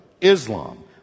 Islam